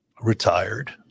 retired